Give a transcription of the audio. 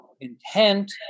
intent